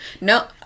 No